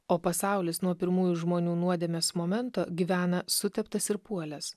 o pasaulis nuo pirmųjų žmonių nuodėmės momento gyvena suteptas ir puolęs